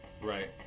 Right